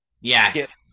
Yes